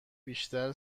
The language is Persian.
بیشتر